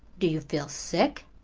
do you feel sick?